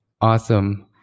Awesome